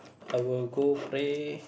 I will go pray